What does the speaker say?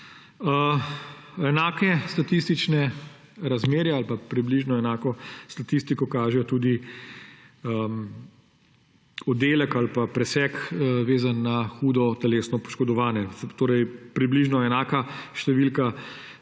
Enaka statistična razmerja ali pa približno enako statistiko kaže tudi presek, vezan na hudo telesno poškodovane, torej približno enaka številka